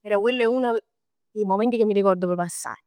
però quello è uno d' 'e mumenti che m'arricord proprio assaje.